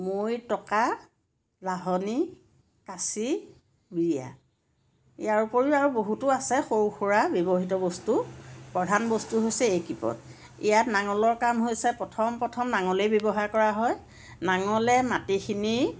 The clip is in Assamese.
মৈ টকা লাহনী কাঁচি বিৰিয়া ইয়াৰোপৰি আৰু বহুতো আছে সৰু সুৰা ব্যৱহৃত বস্তু প্ৰধান বস্তু হৈছে এই কেইপদ ইয়াত নাঙলৰ কাম হৈছে প্ৰথম প্ৰথম নাঙলেই ব্যৱহাৰ কৰা হয় নাঙলে মাটিখিনি